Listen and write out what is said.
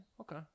okay